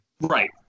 Right